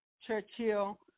Churchill